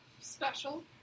special